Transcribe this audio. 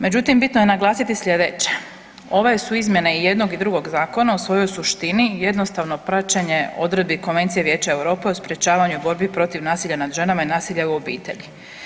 Međutim bitno je naglasiti sljedeće, ove su izmjene i jednog i drugog zakona u svojoj suštini jednostavno praćenje odredbi Konvencije Vijeća Europe o sprečavanju borbi protiv nasilja nad ženama i nasilja u obitelji.